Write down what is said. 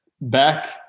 back